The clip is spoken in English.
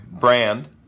brand